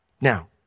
Now